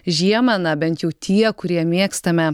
žiemą na bent jau tie kurie mėgstame